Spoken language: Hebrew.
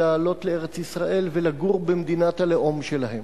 לעלות לארץ-ישראל ולגור במדינת הלאום שלהם,